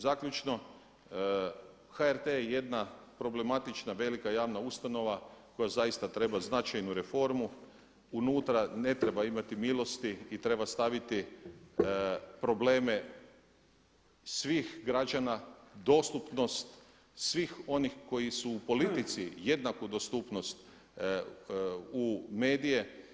Zaključno, HRT je jedna problematična velika javna ustanova koja zaista treba značajnu reformu, unutra ne treba imati milosti i treba staviti probleme svih građana, dostupnost, svih onih koji su u politici jednaku dostupnost u medije.